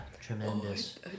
tremendous